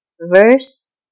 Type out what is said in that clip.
Verse